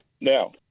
Now